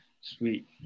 sweet